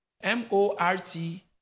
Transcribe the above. M-O-R-T